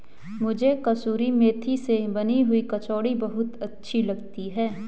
मुझे कसूरी मेथी से बनी हुई कचौड़ी बहुत अच्छी लगती है